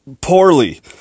poorly